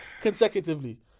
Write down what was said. consecutively